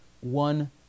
one